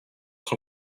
son